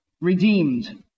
redeemed